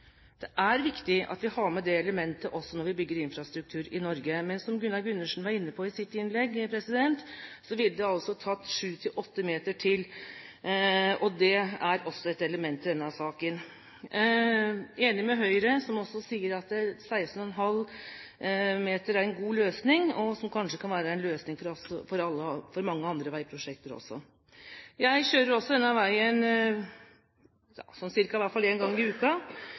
Det er viktig at vi har med det elementet også når vi bygger infrastruktur i Norge, men som Gunnar Gundersen var inne på i sitt innlegg, ville det altså tatt sju til åtte meter til – og det er også et element i denne saken. Jeg er enig med Høyre som også sier at 16,5 meter er en god løsning, og som kanskje kan være en løsning for mange andre veiprosjekter også. Jeg kjører denne veien i hvert fall ca. én gang i